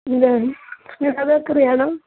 ഇത് നിളാ ബേക്കറി ആണോ